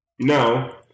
No